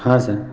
ہاں سر